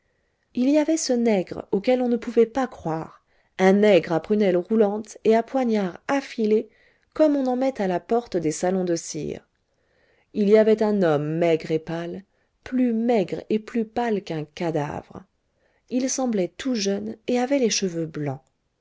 il y avait ce nègre auquel on ne pouvait pas croire un nègre à prunelles roulantes et à poignard affilé comme on en met à la porte des salons de cire il y avait un homme maigre et pâle plus maigre et plus pâle qu'un cadavre il semblait tout jeune et avait les cheveux blancs